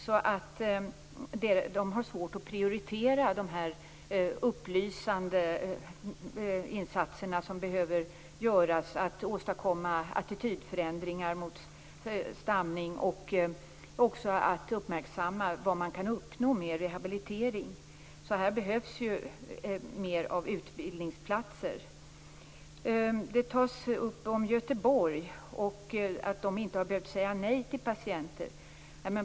De har därför svårt att prioritera dessa upplysande insatser som behöver göras för att åstadkomma attitydförändringar i fråga om stamning och att uppmärksamma vad man kan uppnå med rehabilitering. Det behövs alltså fler utbildningsplatser. Socialministern tar upp den behandling som sker i Göteborg.